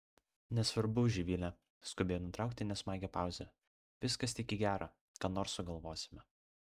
nesvarbu živile skubėjo nutraukti nesmagią pauzę viskas tik į gera ką nors sugalvosime